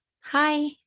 hi